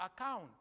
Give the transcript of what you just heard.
account